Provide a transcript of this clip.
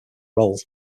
role